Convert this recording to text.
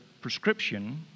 prescription